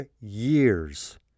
years